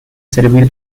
servir